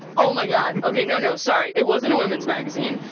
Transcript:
oh my god, okay, no no, sorry. it wasn't a women's magazine,